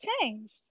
changed